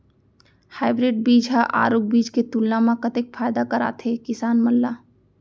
Hybrid बीज हा आरूग बीज के तुलना मा कतेक फायदा कराथे किसान मन ला?